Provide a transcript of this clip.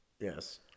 Yes